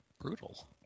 Brutal